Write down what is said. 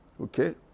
okay